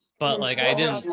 but like, i didn't,